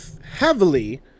heavily